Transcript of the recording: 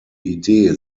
idee